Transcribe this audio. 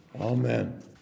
Amen